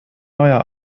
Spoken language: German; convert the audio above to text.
neuer